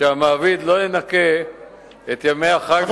שהמעביד לא ינכה את ימי החג והשבתות מהתגמולים לעובד.